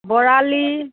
বৰালি